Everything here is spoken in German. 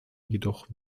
jedoch